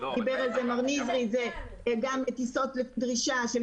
דיבר על זה מר נזרי - גם טיסות לפי דרישה של